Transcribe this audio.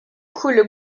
coule